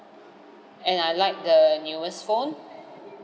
and I like the newest phone